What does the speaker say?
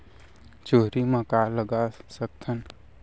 चुहरी म का लगा सकथन?